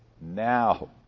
now